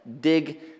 dig